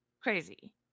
crazy